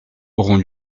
auront